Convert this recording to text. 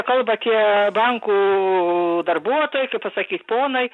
kalba tie bankų darbuotojai kaip pasakyt ponai